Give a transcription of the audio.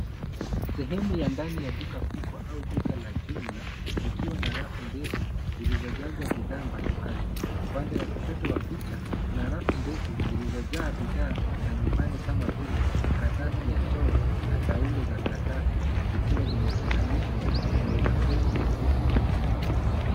Sehemu ya ndani ya duka kubwa au duka la jumla, likiwa na rafu ndefu zilizojazwa bidhaa mbali mbali. Upande wa kushoto wa picha kuna rafu ndefu zilizojaa bidhaa za nyumbani kama vile karatasi ya choo na taulo za karatsai zikiwa zimefunganishwa kwenye paketi kubwa.